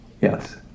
Yes